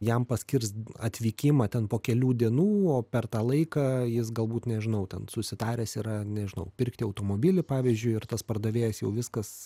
jam paskirs atvykimą ten po kelių dienų o per tą laiką jis galbūt nežinau ten susitaręs yra nežinau pirkti automobilį pavyzdžiui ir tas pardavėjas jau viskas